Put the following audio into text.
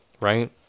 Right